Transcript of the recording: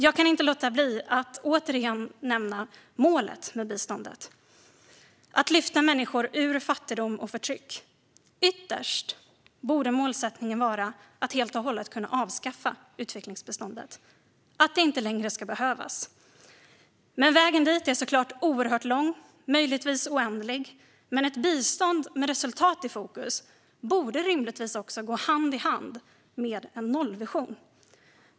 Jag kan inte låta bli att återigen nämna målet med biståndet, att lyfta människor ur fattigdom och förtryck. Ytterst borde målsättningen vara att helt och hållet kunna avskaffa utvecklingsbiståndet och att det inte längre ska behövas. Vägen dit är såklart oerhört lång, möjligtvis oändlig. Men ett bistånd med resultat i fokus borde rimligtvis också gå hand i hand med en nollvision.